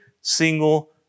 single